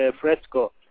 Fresco